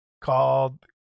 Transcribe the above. called